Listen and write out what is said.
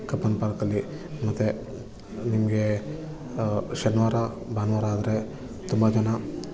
Cubbon ಪಾರ್ಕಲ್ಲಿ ಮತ್ತೆ ನಿಮಗೆ ಶನಿವಾರ ಭಾನುವಾರ ಆದರೆ ತುಂಬ ಜನ